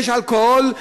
יש אלכוהול,